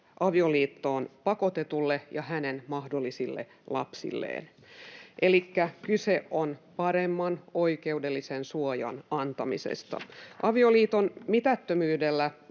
avioliittoon pakotetulle ja hänen mahdollisille lapsilleen. Elikkä kyse on paremman oikeudellisen suojan antamisesta. Avioliiton mitättömyydellä